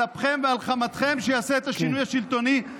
על אפכם ועל חמתכם, שיעשה את השינוי השלטוני.